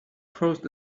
crossed